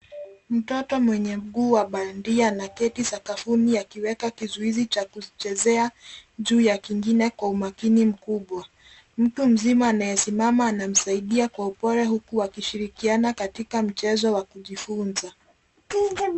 Mtoto mwenye mguu wa bandia anaketi sakafuni akiweka kizuizi cha kuchezea juu ya kingine kwa umakini mkubwa. Mtu mzima anayesimama anamsaidia kwa upole huku akishirikiana katika mchezo wa kujifunza.